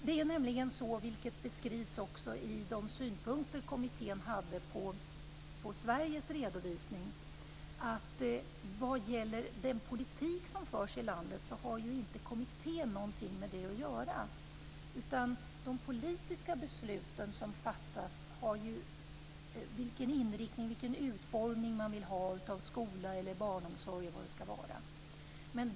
Det är nämligen så, vilket också beskrivs i de synpunkter kommittén hade på Sveriges redovisning, att kommittén inte har någonting att göra med den politik som förs i landet, dvs. vilken inriktning och vilken utformning man vill ha när det gäller skola eller barnomsorg.